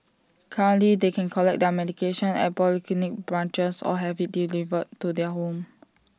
currently they can collect their medication at polyclinic branches or have IT delivered to their home